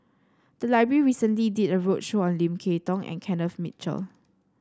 the library recently did a roadshow on Lim Kay Tong and Kenneth Mitchell